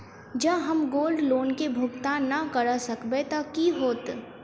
जँ हम gold loan केँ भुगतान न करऽ सकबै तऽ की होत?